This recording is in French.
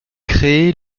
créée